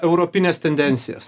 europines tendencijas